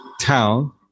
town